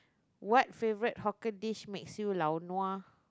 what favourite hawker dish makes you lao nua